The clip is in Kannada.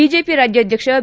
ಬಿಜೆಪಿ ರಾಜ್ಯಾಧ್ಯಕ್ಷ ಬಿ